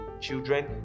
children